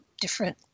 different